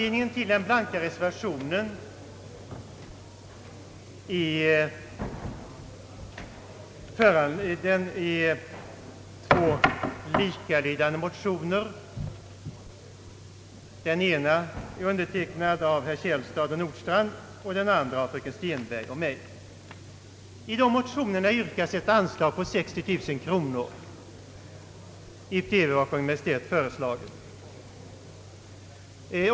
Den blanka reservationen är föranledd av två likalydande motioner. Den ena är undertecknad av herrar Källstad och Nordstrandh i andra kammaren och den andra av fröken Stenberg och mig. I motionerna yrkas ett anslag på 60 000 kronor utöver vad Kungl. Maj:t har föreslagit.